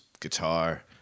guitar